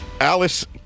Alice